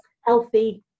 healthy